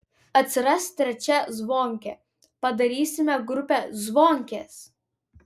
atsiras trečia zvonkė padarysime grupę zvonkės